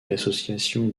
l’association